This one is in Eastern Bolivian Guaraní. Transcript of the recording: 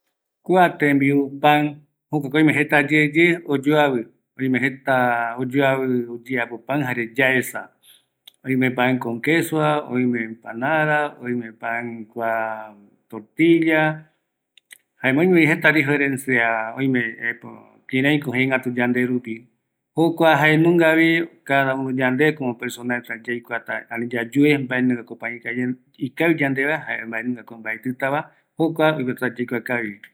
Kua tembiu ani maetɨra pan, oime jetayeye oyoavɨ, oime quezo ndive va, jëeva, tortilla, pan france kuareta oimevi oyoavɨ jegatu va rupi, jare jeta oyapo harina ndive va, oimevi iru reta